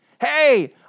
Hey